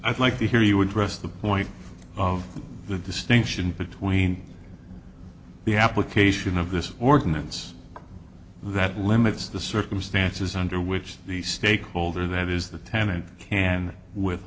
i'd like to hear you would refer to the point of the distinction between the application of this ordinance that limits the circumstances under which the stakeholder that is the tenant can with